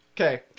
Okay